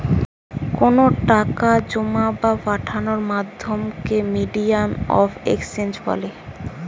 কোনো টাকা জোমা বা পাঠানোর মাধ্যমকে মিডিয়াম অফ এক্সচেঞ্জ বলে